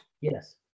Yes